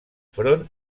front